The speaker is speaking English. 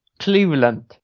Cleveland